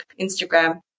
Instagram